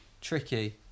tricky